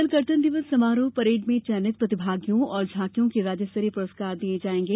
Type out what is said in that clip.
कल गणतंत्र दिवस समारोह परेड में चयनित प्रतिभागियों और झांकियों के राज्यस्तरीय पुरस्कार दिये जायेंगे